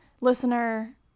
listener